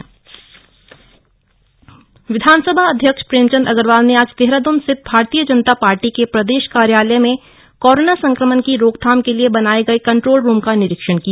BJP control room विधानसभा अध्यक्ष प्रेमचंद अग्रवाल ने आज देहरादून स्थित भारतीय जनता पार्टी के प्रदेश कार्यालय में कोरोना संक्रमण की रोकथाम के लिए बनाए गए कंट्रोल रूम का निरीक्षण किया